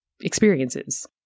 experiences